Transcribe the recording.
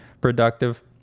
productive